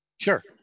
Sure